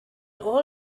all